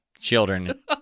Children